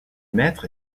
maître